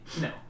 No